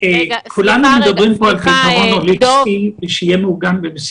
אנחנו גם יודעים שתת משקל פוגע ביכולת